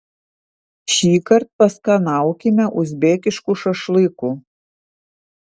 šįkart paskanaukime uzbekiškų šašlykų